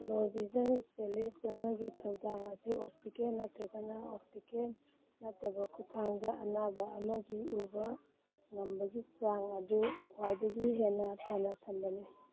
ꯂꯣ vision specialist ꯑꯃꯒꯤ ꯊꯧꯗꯥꯡ ꯑꯁꯤ ꯑꯣꯞꯇꯤꯀꯦꯟ ꯅꯠꯇ꯭ꯔꯒꯅ ꯑꯣꯞꯇꯤꯀꯦꯟ ꯅꯠꯇꯕ ꯈꯨꯠꯊꯥꯡꯗ ꯑꯅꯥꯕ ꯑꯃꯒꯤ ꯎꯕ ꯉꯝꯕꯒꯤ ꯆꯥꯡ ꯑꯗꯨ ꯈ꯭ꯋꯥꯏꯗꯒꯤ ꯍꯦꯟꯅ ꯐꯅ ꯊꯝꯕꯅꯤ